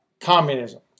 Communism